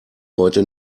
heute